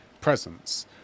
presence